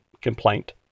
complaint